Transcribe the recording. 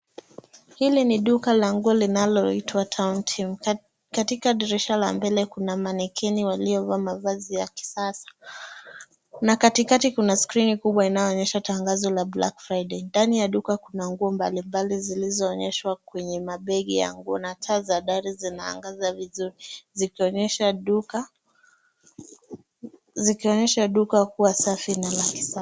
Hili ni duka la nguo linaloitwa Town Team. Katika dirisha la mbele kuna mannequin waliovaa mavazi ya kisasa. Na katikati kuna scrini kubwa inayoonyesha tangazo la Black Friday. Ndani ya duka kuna nguo mbalimbali zilizo onyeshwa kwenye mabegi ya nguo na taa za ndani zinaangaza vizuri zikionyesha duka, zikionyesha duka kuwa safi na la kisasa.